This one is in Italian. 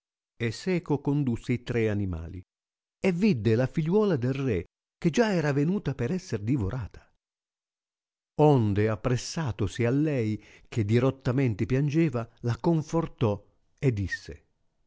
e seco condusse i tre animali e vidde la figliuola del re che già era venuta per esser divorata onde appressatosi a lei che dirottamente piangeva la confortò e disse